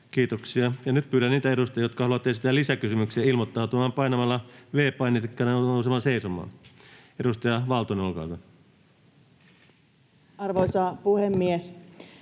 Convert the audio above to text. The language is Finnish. Kiitoksia. — Ja nyt pyydän niitä edustajia, jotka haluavat esittää lisäkysymyksiä, ilmoittautumaan painamalla V-painiketta ja nousemalla seisomaan. — Edustaja Valtonen, olkaa hyvä. Arvoisa puhemies!